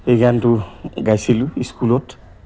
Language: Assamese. সেই গানটো গাইছিলোঁ স্কুলত